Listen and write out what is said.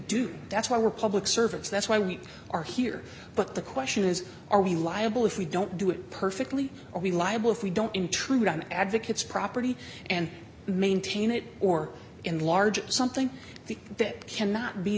do that's why we're public servants that's why we are here but the question is are we liable if we don't do it perfectly or we liable if we don't intrude on advocates property and maintain it or enlarge something the that cannot be